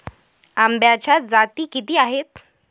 आंब्याच्या जाती किती आहेत?